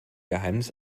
geheimnis